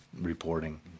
reporting